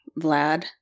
Vlad